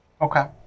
okay